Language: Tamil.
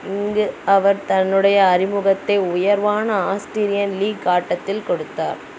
இங்கே அவர் தன்னுடைய அறிமுகத்தை உயர்வான ஆஸ்ட்டிரியன் லீக் ஆட்டத்தில் கொடுத்தார்